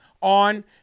on